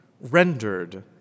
rendered